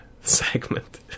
segment